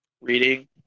reading